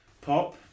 Pop